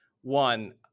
One